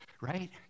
right